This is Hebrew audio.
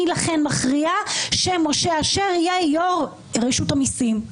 לכן מכריע שמשה אשר יהיה יו"ר רשות המיסים.